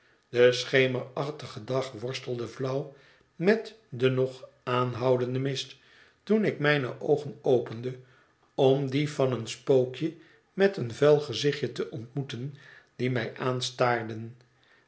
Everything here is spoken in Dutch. de schemerachtige dag worstelde flauw met den nog aanhoudenden mist toen ik mijne oogen opende om die van een spookje met een vuil gezichtje te ontmoeten die mij aanstaarden